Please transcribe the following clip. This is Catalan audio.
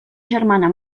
germana